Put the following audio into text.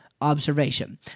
observation